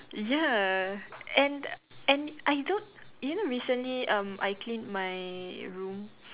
ya and and I don't you know recently um I cleaned my room